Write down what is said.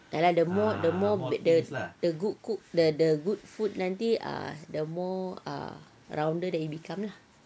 ya lah the more the more the the good cook the the good food nanti ah the more ah rounder they become ah